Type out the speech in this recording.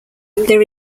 there